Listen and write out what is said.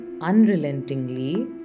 unrelentingly